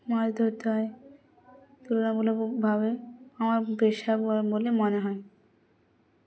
মাছ ধরতে হয় তুলনামূলকভাবে আমার পেশা বলে মনে হয়